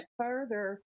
further